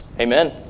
Amen